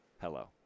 Hello